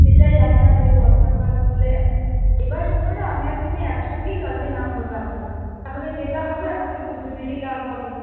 সেটাই আশা যে বর্ষাকাল হলে এবার শোনো না আমি আর তুমি একসাথেই চাষে নামব তাহলে তাহলে যেটা হবে আমাদের দুজনেরই লাভ হবে